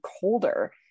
colder